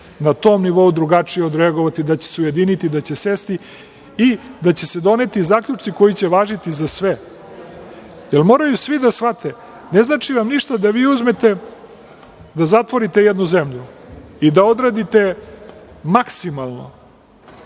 na tom nivou drugačije odreagovati, da će se ujediniti, da će sesti i da će se doneti zaključci koji će važiti za sve. Moraju svi da shvate, ne znači nam ništa da vi uzmete da zatvorite jednu zemlju i da odradite maksimalno,